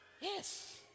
Yes